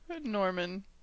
Norman